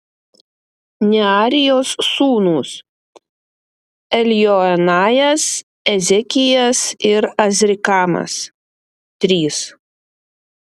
nearijos sūnūs eljoenajas ezekijas ir azrikamas trys